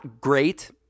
great